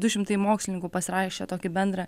du šimtai mokslininkų pasirašė tokį bendrą